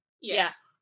Yes